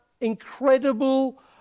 incredible